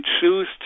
choose